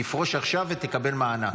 תפרוש עכשיו ותקבל מענק?